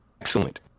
Excellent